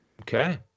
Okay